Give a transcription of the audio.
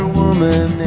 woman